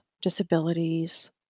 disabilities